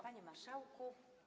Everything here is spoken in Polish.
Panie Marszałku!